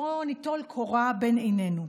בואו ניטול קורה מבין עינינו.